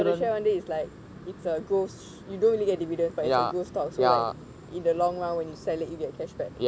உன்னுட:unnoda share வந்து:vanthu it's like it's a gross you don't really get dividend but it's a growth stock so like in the long run when sell it you get cashback yes yes again when you meh